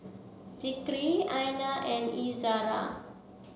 Zikri Aina and Izzara